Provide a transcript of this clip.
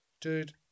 dude